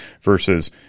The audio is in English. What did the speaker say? versus